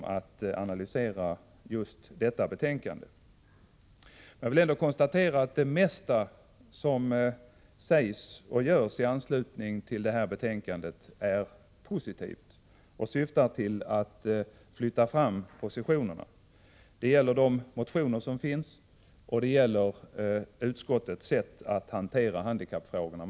Jag vill ändå konstatera att det mesta som sägs och görs i anslutning till detta betänkande är positivt och syftar till att flytta fram positionerna. Det gäller de motioner som finns, och det gäller utskottets sätt att hantera handikappfrågorna.